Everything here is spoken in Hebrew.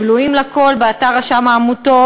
גלויות לכול באתר רשם העמותות,